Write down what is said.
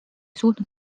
suutnud